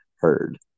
heard